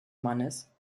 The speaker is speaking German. mannes